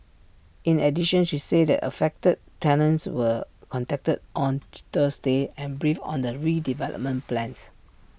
in addition she said that affected tenants were contacted on Thursday and briefed on the redevelopment plans